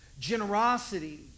generosity